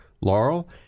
Laurel